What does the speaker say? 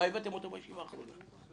למה הבאתם אותו לישיבה האחרונה?